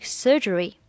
surgery